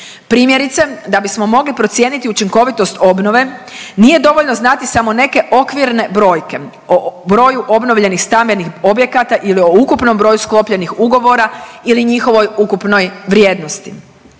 Primjerice da bismo mogli procijeniti učinkovitost obnove nije dovoljno znati samo neke okvirne brojke o broju obnovljenih stambenih objekata ili o ukupnom broju sklopljenih ugovora ili njihovoj ukupnoj vrijednosti.